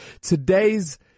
Today's